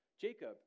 Jacob